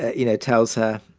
you know, tells her,